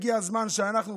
הגיע הזמן שאנחנו,